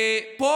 פה,